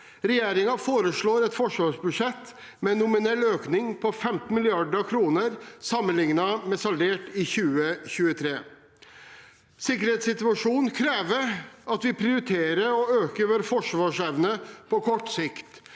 Regjeringen foreslår et forsvarsbudsjett med en nominell økning på 15 mrd. kr sammenlignet med saldert budsjett i 2023. Sikkerhetssituasjonen krever at vi prioriterer å øke vår forsvarsevne på kort sikt,